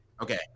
okay